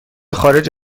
خارج